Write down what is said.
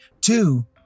Two